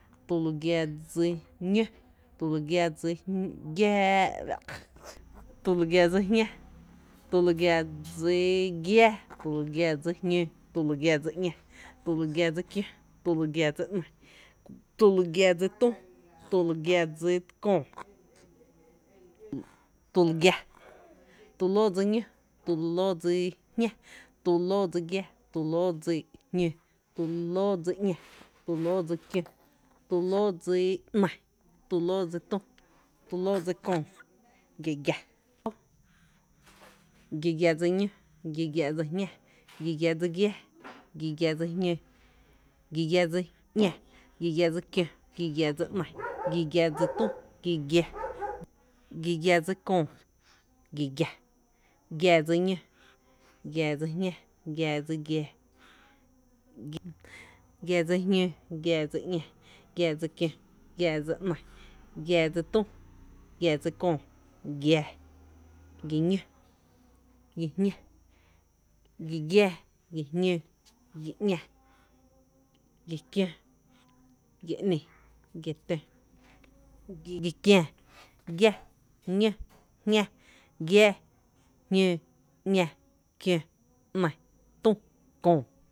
tü lu gia dsi ñó, tü lu gia dsi jñá, tü lu gia dsi giⱥá, tü lu gia dsi jñóó, tü lu gia dsi ‘ña, tü lu gia dsi kió, tü lu gia dsi ‘ny, tü lu gia dsi tu, tü lu gia dsi köö, tü lu giⱥ, tulóó dsi ñó, tulóó dsi jñá, tulóó dsi giⱥⱥ, tulóó dsi jñóo, tulóó dsi ‘ña, tulóó dsi kió, tulóó dsi ‘ny, tulóó dsi tü, tulóó dsi köö, tulóó, gi giⱥ dsi ñó, gi giⱥ dsi jñá, gi giⱥ dsi giⱥá, gi giⱥ dsi jñóó, gi giⱥ dsi ‘ña, gi giⱥ dsi kió, gi giⱥ dsi ‘ny, gi giⱥ dsi tü, gi giⱥ dsi köö, giⱥⱥ, giⱥ ñó, giⱥ jñá, giⱥ giⱥá, giⱥ jñóó, giⱥ ‘ña, giⱥ kió, giⱥ ‘nï, giⱥ tö, giⱥⱥ kiää, giⱥ, ñó, jñá, giⱥⱥ, jñóó, ‘ñá, kió, ‘nÿ, tü, köö.